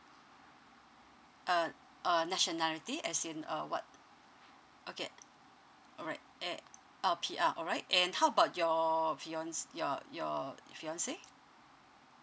uh uh nationality as in uh what okay all right a ah P_R all right and how about your fianc~ your your fiance